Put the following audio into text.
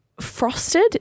frosted